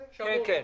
תודה.